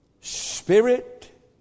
Spirit